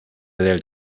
del